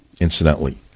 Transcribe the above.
incidentally